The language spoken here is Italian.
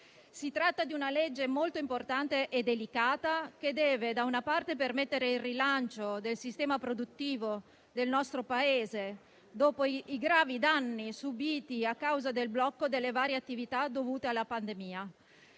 Si tratta di una legge molto importante e delicata che deve, da una parte, permettere il rilancio del sistema produttivo del nostro Paese dopo i gravi danni subiti a causa del blocco delle varie attività dovuto alla pandemia